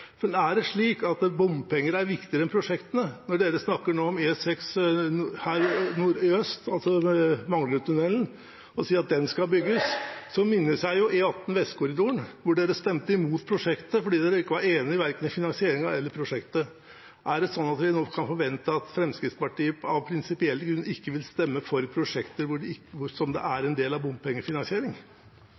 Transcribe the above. Men er det slik at bompenger er viktigere enn prosjektene? Når Fremskrittspartiet nå snakker om E6 i Oslo øst, altså Manglerudtunnelen, at den skal bygges, så minnes jeg jo E18 Vestkorridoren, hvor de stemte mot prosjektet fordi de ikke var enig verken i finansieringen eller i prosjektet. Er det sånn at vi nå kan forvente at Fremskrittspartiet av prinsipielle grunner ikke vil stemme for prosjekter hvor en del av det er